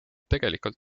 tegelikult